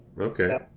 okay